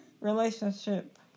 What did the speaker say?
relationship